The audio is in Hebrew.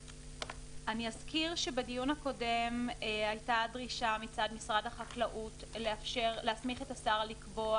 אזכיר שבדיון הקודם הייתה דרישה מצד משרד החקלאות להסמיך את השר לקבוע